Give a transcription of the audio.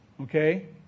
Okay